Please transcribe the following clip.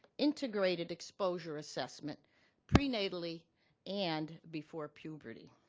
integrated exposure assessment prenatally and before puberty.